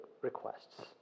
requests